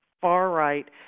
far-right